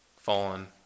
fallen